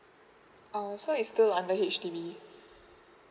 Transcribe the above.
oh oh so it's still under H_D_B